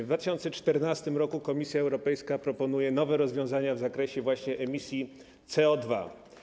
W 2014 r. Komisja Europejska proponuje nowe rozwiązania w zakresie właśnie emisji CO2.